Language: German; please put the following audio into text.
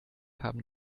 haben